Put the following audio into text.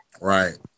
right